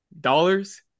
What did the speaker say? dollars